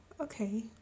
okay